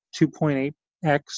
2.8x